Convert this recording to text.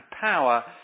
power